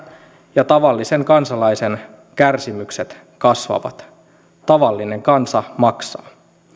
ja tavallisen kansalaisen kärsimykset kasvavat tavallinen kansa maksaa